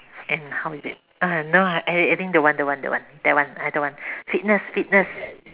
and how is it err no ah I I think don't want don't want don't want that one I don't want fitness fitness